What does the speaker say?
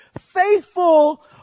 faithful